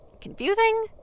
confusing